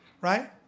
right